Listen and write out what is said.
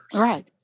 Right